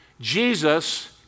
Jesus